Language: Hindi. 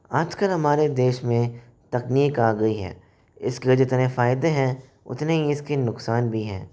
आज कल हमारे देश में तकनीकी आ गई है इसके जितने फायदे हैं उतने ही इसके नुकसान भी हैं